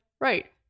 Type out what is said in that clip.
right